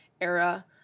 era